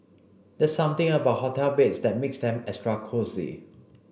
there's something about hotel beds that makes them extra cosy